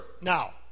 now